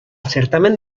certamen